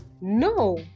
No